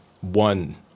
one